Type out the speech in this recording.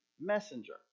messenger